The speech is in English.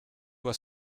were